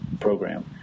program